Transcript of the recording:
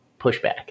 pushback